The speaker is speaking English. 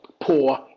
poor